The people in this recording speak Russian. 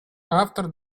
автор